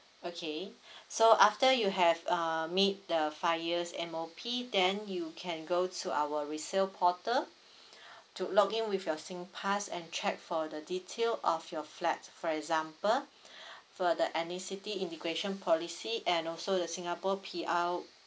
okay so after you have uh meet the five years M_O_P then you can go to our resale portal to login with your singpass and check for the detail of your flat for example for the ethnicity integration policy and also the singapore P_R